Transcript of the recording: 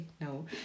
no